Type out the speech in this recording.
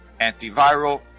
antiviral